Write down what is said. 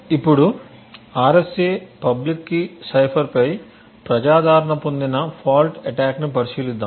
ఇప్పుడు RSA public key సైఫర్పై ప్రజాదరణ పొందిన ఫాల్ట్ అటాక్ని పరిశీలిద్దాం